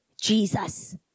Jesus